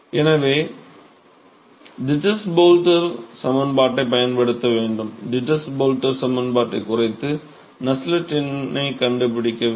எனவே Dittus Boelter சமன்பாட்டைப் பயன்படுத்த வேண்டும் டிட்டஸ் போல்டர் சமன்பாட்டைக் குறைத்து நஸ்ஸெல்ட் எண்ணைக் கண்டுபிடிக்க வேண்டும்